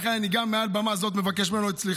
לכן, אני גם מעל במה זו ממבקש את סליחתו.